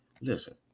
Listen